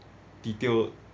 detail